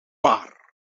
barr